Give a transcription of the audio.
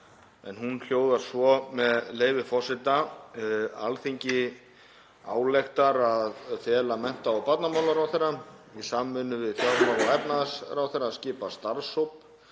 en hún hljóðar svo, með leyfi forseta: „Alþingi ályktar að fela mennta- og barnamálaráðherra í samvinnu við fjármála- og efnahagsráðherra að skipa starfshóp